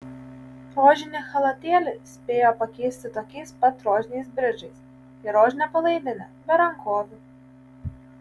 rožinį chalatėlį spėjo pakeisti tokiais pat rožiniais bridžais ir rožine palaidine be rankovių